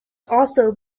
also